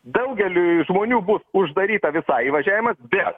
daugeliui žmonių bus uždaryta visai įvažiavimas bet